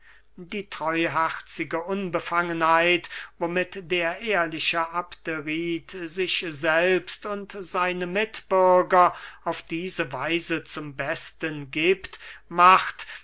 die treuherzige unbefangenheit womit der ehrliche abderit sich selbst und seine mitbürger auf diese weise zum besten giebt macht